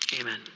amen